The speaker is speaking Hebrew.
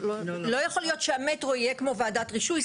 לא יכול להיות שהמטרו יהיה כמו וועדת רישוי.